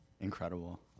incredible